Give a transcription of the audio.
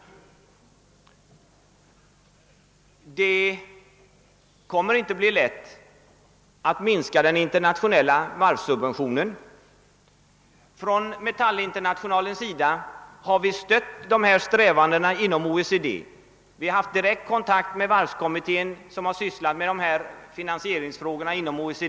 Det kommer inte att bli lätt att minska den internationella varvssubventionen. Från metallinternationalens sida har vi stött dessa strävanden inom OECD, och vi har haft direkt kontakt med varvskommittén som sysslat med de här finansieringsfrågorna inom -: OECD.